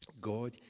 God